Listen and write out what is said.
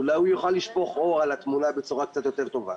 אולי הוא יוכל לשפוך אור על התמונה בצורה קצת יותר טובה.